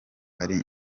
ari